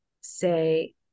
say